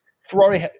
Ferrari